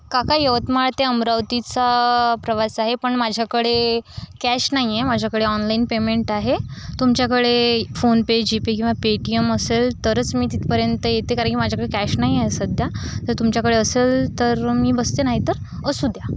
काका यवतमाळ ते अमरावतीचा प्रवास आहे पण माझ्याकडे कॅश नाहीये माझ्याकडे ऑनलाइन पेमेंट आहे तुमच्याकडे फोनपे जीपे किंवा पेटीम असेल तरच मी तिथपर्यंत येते कारण की माझ्याकडे कॅश नाही आहे सध्या तर तुमच्याकडे असेल तर मी बसते नाही तर असू द्या